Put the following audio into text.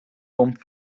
komt